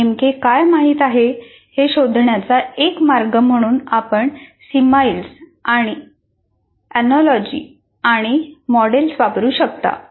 त्यांना नेमके काय माहित आहे हे शोधण्याचा एक मार्ग म्हणून आपण सिमाईल्स एनोलॉजीज आणि मॉडेल्स वापरू शकता